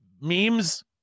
memes